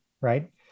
right